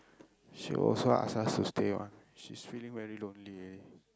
she also asks us to stay one she's feeling very lonely eh